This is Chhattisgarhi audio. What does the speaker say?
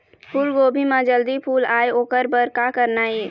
फूलगोभी म जल्दी फूल आय ओकर बर का करना ये?